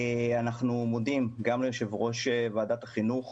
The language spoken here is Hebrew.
אנחנו מודים גם ליושב ראש ועדת החינוך